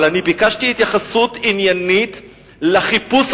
אבל אני ביקשתי התייחסות עניינית לחיפוש